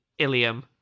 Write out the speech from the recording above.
ilium